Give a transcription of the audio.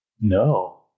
No